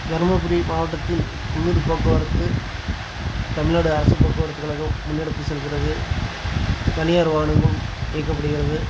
தர்மபுரி மாவட்டத்தில் உள்ளூர் போக்குவரத்து தமிழ்நாடு அரசு போக்குவரத்துக் கழகம் முன்னே எடுத்து செல்கிறது தனியார் வாகனமும் இயக்கப்படுகிறது